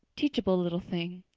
teachable little thing.